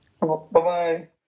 Bye-bye